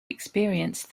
experience